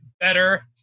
better